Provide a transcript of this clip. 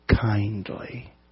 kindly